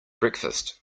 breakfast